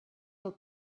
del